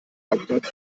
hauptstadt